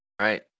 right